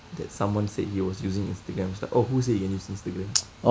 that someone said he was using Instagram she like oh who say you can use Instagram